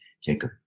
Jacob